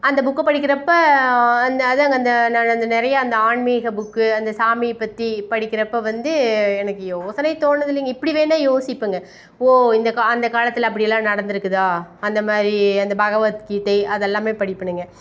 அந்த புக்கை படிக்கிறப்போ அந்த அதாங்க அந்த நான் அந்த நிறையா அந்த ஆன்மீக புக்கு அந்த சாமியை பற்றி படிக்கிறப்போ வந்து எனக்கு யோசனையே தோணினது இல்லைங்க இப்படி வேணா யோசிப்பேங்க ஓ இந்த அந்த காலத்தில் அப்படியெல்லாம் நடந்திருக்குதா அந்தமாதிரி அந்த பகவத் கீதை அது எல்லாம் படிப்பேன்ங்க